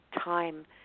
time